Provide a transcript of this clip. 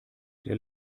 der